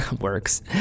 Works